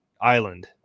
island